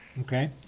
Okay